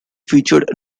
featured